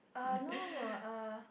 uh no no no uh